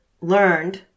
learned